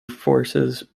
forces